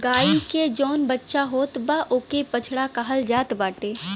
गाई के जवन बच्चा होत बा ओके बछड़ा कहल जात बाटे